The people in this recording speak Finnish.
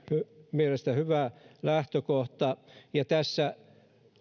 mielestä hyvä lähtökohta ja tässä